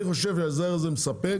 אני חושב שההסדר הזה מספק,